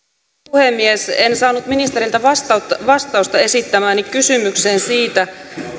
puhemies en saanut ministeriltä vastausta esittämääni kysymykseen siitä